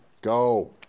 Go